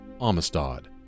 Amistad